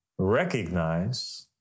recognize